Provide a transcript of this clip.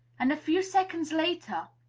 and a few seconds later,